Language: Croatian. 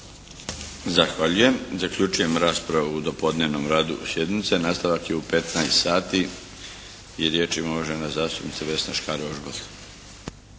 Zahvaljujem. Zaključujem raspravu u dopodnevnom radu sjednice. Nastavak je u 15 sati i riječ ima uvažena zastupnica Vesna Škare-Ožbolt.